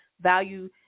value